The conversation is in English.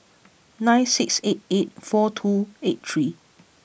nine six eight eight four two eight three